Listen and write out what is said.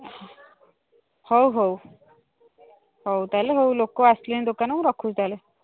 ହଉ ହଉ ହଉ ତା'ହେଲେ ହଉ ଲୋକ ଆସିଲେଣି ଦୋକାନକୁ ରଖୁଛି ତା'ହେଲେ